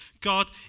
God